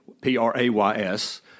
P-R-A-Y-S